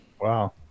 Wow